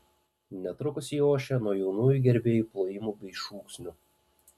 netrukus ji ošė nuo jaunųjų gerbėjų plojimų bei šūksnių